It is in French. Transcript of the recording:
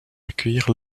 accueillir